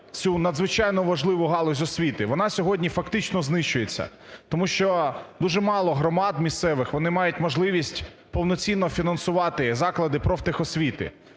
цю надзвичайно важливу галузь освіти, вона сьогодні фактично знищується. Тому що дуже мало громад місцевих, вони мають можливість повноцінно фінансувати заклади профтехосвіти.